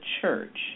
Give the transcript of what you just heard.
church